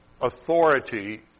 authority